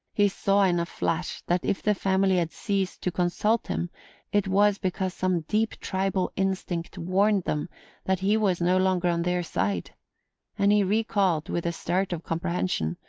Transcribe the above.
he saw in a flash that if the family had ceased to consult him it was because some deep tribal instinct warned them that he was no longer on their side and he recalled, with a start of comprehension,